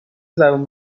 زبون